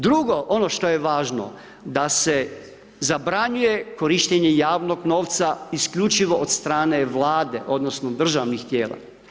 Drugo, ono što je važno da se zabranjuje korištenje javnog novca isključivo od strane Vlade odnosno državnih tijela.